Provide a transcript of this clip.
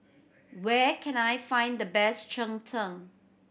where can I find the best cheng tng